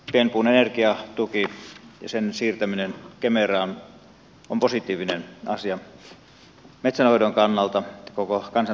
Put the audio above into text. pienpuun energiatuki ja sen siirtäminen kemeraan on positiivinen asia metsänhoidon kannalta koko kansantalouden kannalta